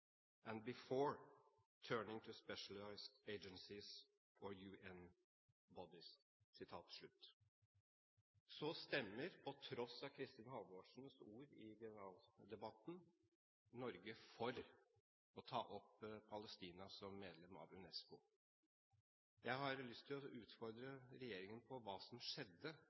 Så stemmer, på tross av Kristins Halvorsens ord i generaldebatten, Norge for å ta opp Palestina som medlem av UNESCO. Jeg har lyst til